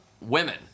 women